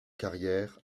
carrière